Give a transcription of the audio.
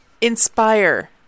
inspire